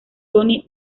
tony